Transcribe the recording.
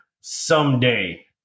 someday